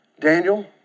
Daniel